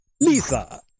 Lisa